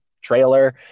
trailer